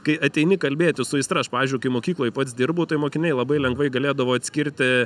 kai ateini kalbėti su aistra aš pavyzdžiui kai mokykloj pats dirbu tai mokiniai labai lengvai galėdavo atskirti